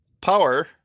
Power